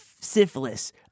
syphilis